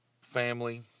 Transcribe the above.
family